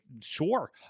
Sure